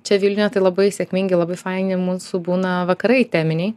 čia vilniuje tai labai sėkmingi labai faini mūsų būna vakarai teminiai